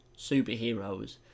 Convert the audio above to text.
superheroes